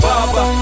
Baba